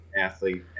athlete